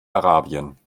arabien